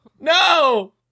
No